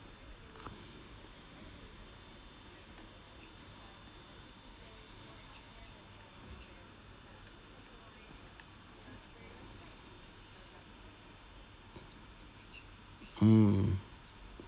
mm